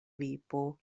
vipo